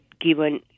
given